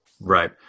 Right